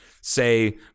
say